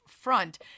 front